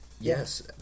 Yes